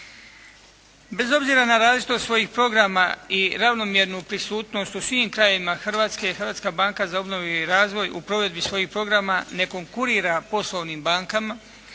Bez obzira na različitost svojih programa i ravnomjernu prisutnost u svim krajevima Hrvatske Hrvatska banka za obnovu i razvoj u provedbi svojih programa ne konkurira poslovnim bankama